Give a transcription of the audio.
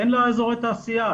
אין לה אזורי תעשייה.